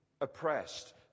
oppressed